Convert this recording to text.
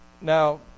Now